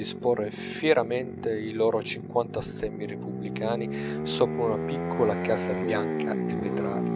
esporre fieramente i loro cinquanta stemmi repubblicani sopra una piccola casa bianca e vetrata